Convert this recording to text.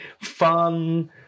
fun